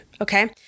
okay